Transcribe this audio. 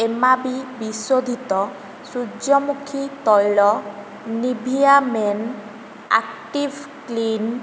ଏମ୍ଆବି ବିଶୋଧିତ ସୂର୍ଯ୍ୟମୁଖୀ ତୈଳ ନିଭିଆ ମେନ୍ ଆକ୍ଟିଭ୍ କ୍ଲିନ୍